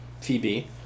Phoebe